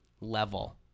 level